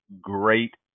great